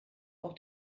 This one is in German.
auf